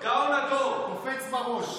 קופץ בראש.